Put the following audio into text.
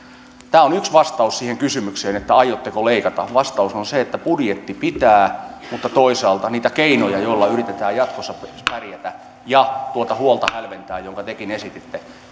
tämä on yksi vastaus siihen kysymykseen että aiommeko leikata vastaus on on se että budjetti pitää mutta toisaalta etsitään niitä keinoja joilla yritetään jatkossa pärjätä ja hälventää tuota huolta jonka tekin esititte